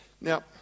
Now